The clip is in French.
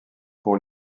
pour